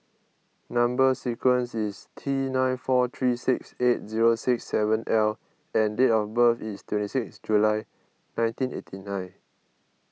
Number Sequence is T nine four three six eight zero six seven L and date of birth is twenty six July nineteen eighty nine